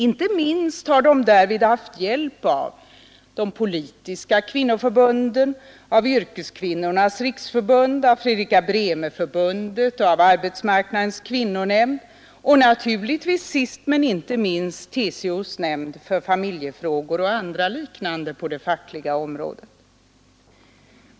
Inte minst har de därvid haft hjälp av de politiska kvinnoförbunden, av Yrkeskvinnornas riksförbund, av Fredrika Bremer-förbundet, av Arbetsmarknadens kvinnonämnd och naturligtvis sist men inte minst av TCO:s nämnd för familjefrågor och andra liknande på det fackliga området.